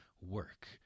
work